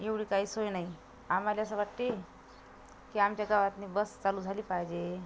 एवढी काही सोय नाही आम्हाला असं वाटते की आमच्या गावातून बस चालू झाली पाहिजे